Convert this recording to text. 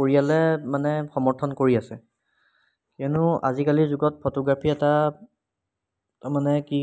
পৰিয়ালে মানে সমৰ্থন কৰি আছে কিয়নো আজিকালি যুগত ফটোগ্ৰাফি এটা মানে কি